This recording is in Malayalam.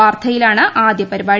വാർദ്ധയിലാണ് ആദ്യ പരിപാടി